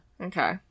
Okay